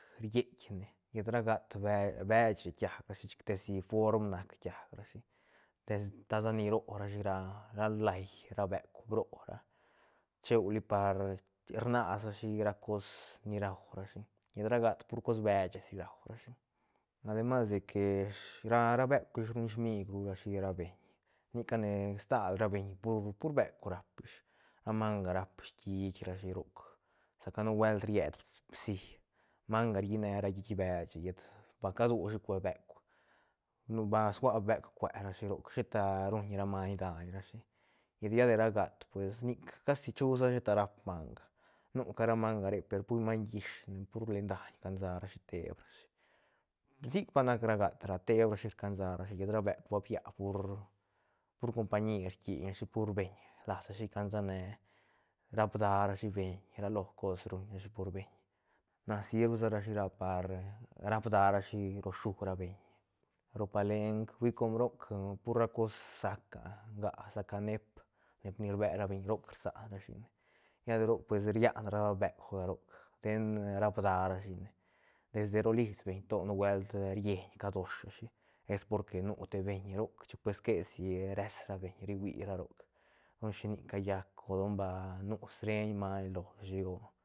Rietne llet ra gat be- beche quiaj rashi chic te si form nac quiaj rashi te si ta sa ni ro rashi ra lai ra beuk brora cheu par rnasrashi cos ni raurashi llet ra gat pur cosh beche raurashi ademas de que ra beuk ruñ smiug ru rashi ra beñ ni cane stal ra beñ pur- pur beuk raap ra manga raap shiit rashi roc sa ca nubuelt ried bsí manga rine ra hiit beche llet ba cadushi cue beuk ba sua beuk cuerashi roc sheta ruñ ra maiñ daiñrashi llet ra de ra gat pues nic casi chusa sheta raap manga nu ca ra manga re per pur maiñ llishne pur len daiñ cansa rashi teeb rashi sic pa nac ra gat ra teeb rashi rcansa rashi llet ra beuk ba bia pur pur compañi rkiñ rashi pur beñ las rashi cansane raap darashi beñ ra lo cos ruñrashi por beñ na sirb sa ra shi par rapda rashi lo shú rabeñ ro palenk hui com roc pur ra cos sac nga sa ca neep neep ni rbe ra beñ roc rsan ra shi ne lla de roc pues rian ra beukga roc ten rapda rashine desde ro lisbeñ to nubuelt rieñ cadosh rashi es porque ni te beñ roc pues quesi res rabeñ ri hui ra roc don shinic callac o don ba nu sreñ maiñ loshi o